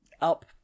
up